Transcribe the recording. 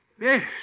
Yes